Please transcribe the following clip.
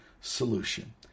solution